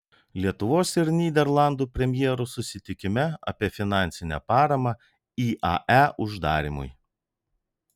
lietuvos ir nyderlandų premjerų susitikime apie finansinę paramą iae uždarymui